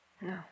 No